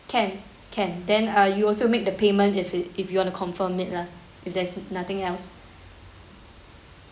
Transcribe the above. can can then uh you also make the payment if it if you want to confirm it lah if there's nothing else